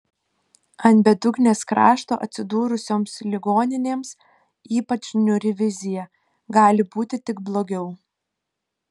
ant bedugnės krašto atsidūrusioms ligoninėms ypač niūri vizija gali būti tik blogiau